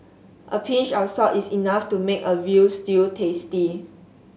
a pinch of salt is enough to make a veal stew tasty